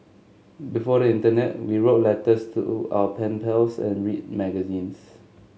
before the internet we wrote letters to our pen pals and read magazines